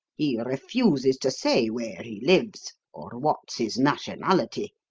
he refuses to say where he lives or what's his nationality.